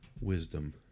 Wisdom